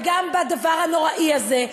וגם בדבר הנוראי הזה,